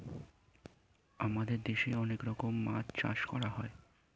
আমাদের দেশে অনেক রকমের মাছ চাষ করা হয়